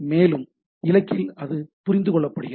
மேலும் இலக்கில் அது புரிந்து கொள்ளப்படுகிறது